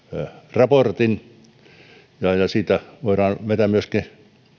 raportin ja ja siitä voidaan vetää myöskin